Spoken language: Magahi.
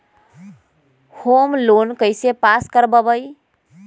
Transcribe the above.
होम लोन कैसे पास कर बाबई?